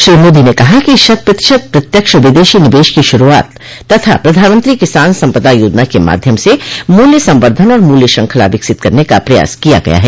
श्री मोदी ने कहा कि शत प्रतिशत प्रत्यक्ष विदेशी निवेश की शुरूआत तथा प्रधानमंत्री किसान सम्पदा योजना के माध्यम से मूल्य संवर्धन और मूल्य श्रृंखला विकसित करने का प्रयास किया गया है